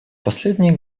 последние